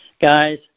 Guys